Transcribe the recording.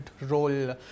role